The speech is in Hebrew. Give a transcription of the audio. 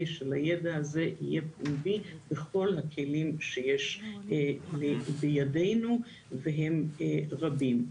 שהידע הזה יהיה פומבי בכל הכלים שיש בידינו והם רבים.